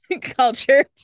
culture